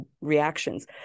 reactions